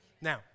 Now